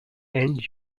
and